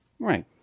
Right